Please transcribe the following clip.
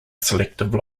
selective